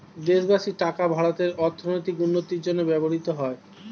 দেশবাসীর টাকা ভারতের অর্থনৈতিক উন্নতির জন্য ব্যবহৃত হয়